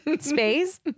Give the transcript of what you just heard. space